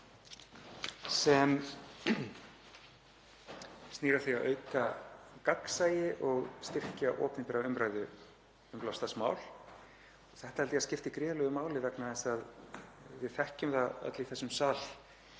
sem snýr að því að auka gagnsæi og styrkja opinbera umræðu um loftslagsmál. Þetta held ég að skipti gríðarlegu máli vegna þess að við þekkjum það öll í þessum sal